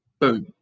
Boom